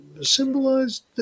symbolized